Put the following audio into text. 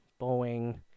Boeing